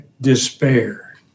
despair